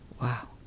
Wow